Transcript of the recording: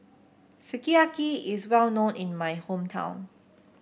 sukiyaki is well known in my hometown